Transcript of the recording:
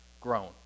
grown